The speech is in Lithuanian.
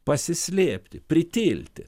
pasislėpti pritilti